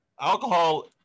alcohol